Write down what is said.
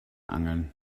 angeln